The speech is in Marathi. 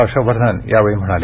हर्षवर्धन यावेळी म्हणाले